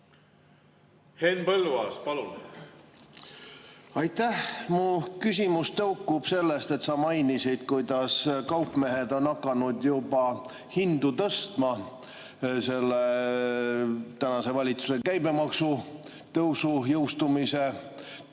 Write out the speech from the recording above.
Henn Põlluaas, palun! Aitäh! Mu küsimus tõukub sellest, et sa mainisid, kuidas kaupmehed on hakanud juba hindu tõstma selle tänase valitsuse käibemaksutõusu otsuse tõttu